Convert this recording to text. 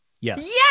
yes